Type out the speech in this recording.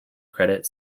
credit